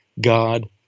God